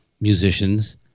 musicians